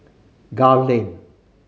Gul Lane